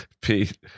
Pete